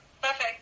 perfect